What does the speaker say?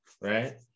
right